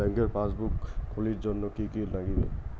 ব্যাঙ্কের পাসবই খুলির জন্যে কি কি নাগিবে?